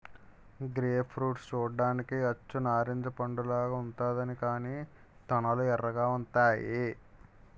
grape fruit చూడ్డానికి అచ్చు నారింజ పండులాగా ఉంతాది కాని తొనలు ఎర్రగా ఉంతాయి